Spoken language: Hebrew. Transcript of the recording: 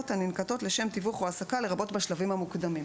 הננקטות לשם תיווך או העסקה לרבות בשלבים המוקדמים".